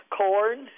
corn